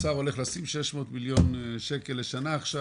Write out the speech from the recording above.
האוצר הולך לשים 600 מיליון לשנה עכשיו,